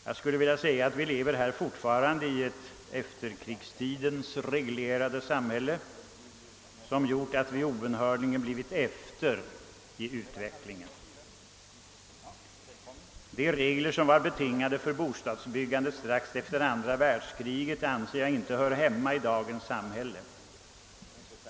Jag skulle vilja påstå att vi fortfarande lever i ett efterkrigstidens reglerade samhälle och därför obönhörligen blivit efter i utvecklingen. De regler som fanns för bostadsbyggandet strax efter andra världskri get hör inte hemma i dagens samhälle.